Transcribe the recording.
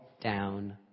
down